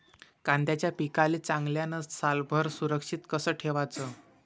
कांद्याच्या पिकाले चांगल्यानं सालभर सुरक्षित कस ठेवाचं?